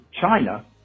China